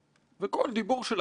אנחנו יכולים לפקח,